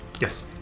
Yes